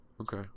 Okay